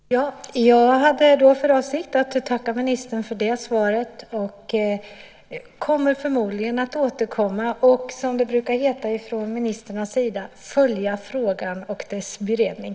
Fru talman! Jag hade för avsikt att tacka ministern för det svaret. Jag kommer förmodligen att återkomma och, som det brukar heta från ministrarnas sida, följa frågan och dess beredning.